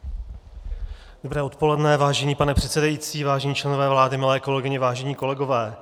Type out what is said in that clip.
Dobré odpoledne, vážený pane předsedající, vážení členové vlády, milé kolegyně, vážení kolegové.